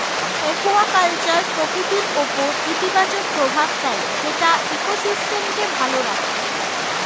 aquaculture প্রকৃতির উপর ইতিবাচক প্রভাব ফেলে যেটা ইকোসিস্টেমকে ভালো রাখে